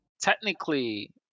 technically